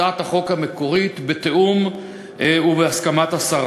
בהצעת החוק המקורית, בתיאום עם השרה ובהסכמתה.